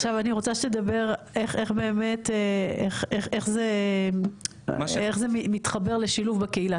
עכשיו אני רוצה שתדבר איך זה מתחבר לשילוב בקהילה?